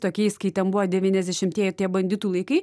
tokiais kai ten buvo devyniasdešimtieji tie banditų laikai